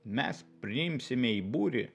mes priimsime į būrį